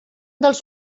dels